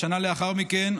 כשנה לאחר מכן,